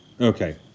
Okay